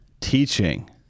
Teaching